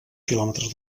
quilòmetres